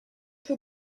peu